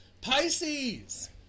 Pisces